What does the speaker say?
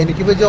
and given